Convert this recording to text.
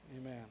Amen